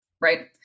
Right